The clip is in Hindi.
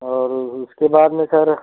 और उसके बाद में सर